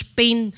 pain